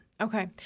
Okay